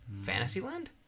Fantasyland